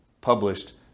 published